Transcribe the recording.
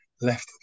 left